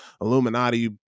Illuminati